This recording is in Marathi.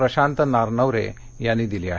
प्रशांत नारनवरे यांनी दिली आहे